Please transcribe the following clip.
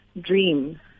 dream